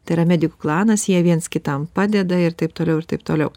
tai yra medikų klanas jie viens kitam padeda ir taip toliau ir taip toliau